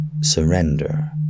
surrender